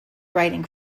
writing